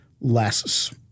less